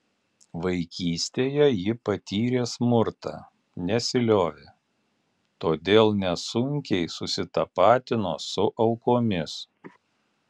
vaikystėje ji patyrė smurtą nesiliovė todėl nesunkiai susitapatino su aukomis